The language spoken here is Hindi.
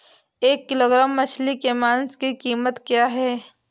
एक किलोग्राम मछली के मांस की कीमत क्या है?